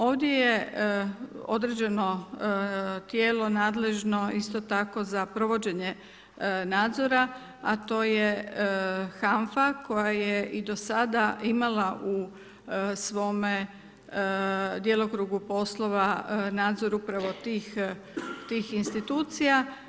Ovdje je određeno tijelo nadležno isto tako za provođenje nadzora a to je HANFA koja je i do sada imala u svome djelokrugu poslova nadzor upravo tih institucija.